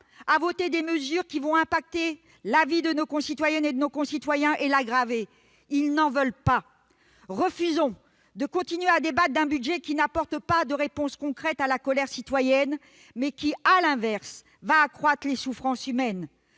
à voter des mesures dont l'impact va aggraver la vie de nos concitoyennes et de nos concitoyens. Ils n'en veulent pas ! Refusons de continuer à débattre d'un budget qui n'apporte aucune réponse concrète à la colère citoyenne, mais qui, à l'inverse, va accroître les souffrances humaines.